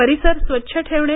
परिसर स्वच्छ ठेवणे